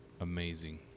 Amazing